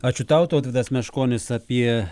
ačiū tau tautvydas meškonis apie